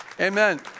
Amen